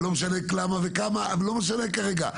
לא משנה למה וכמה לא משנה כרגע.